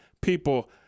people